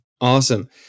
Awesome